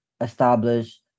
establish